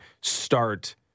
start